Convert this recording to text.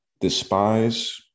despise